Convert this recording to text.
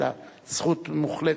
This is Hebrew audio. אלא זכות מוחלטת.